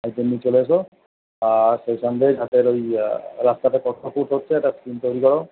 একজন নিয়ে চলে এসো আর সেই সঙ্গে রাস্তার ইয়া রাস্তাটা কত ফুট হচ্ছে একটা তৈরি করো